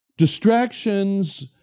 distractions